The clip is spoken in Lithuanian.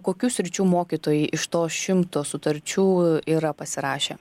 kokių sričių mokytojai iš to šimto sutarčių yra pasirašę